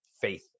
faith